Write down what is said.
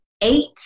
eight